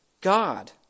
God